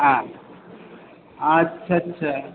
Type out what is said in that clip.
হ্যাঁ আচ্ছা আচ্ছা